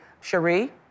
Cherie